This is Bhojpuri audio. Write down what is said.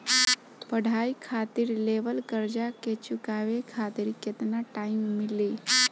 पढ़ाई खातिर लेवल कर्जा के चुकावे खातिर केतना टाइम मिली?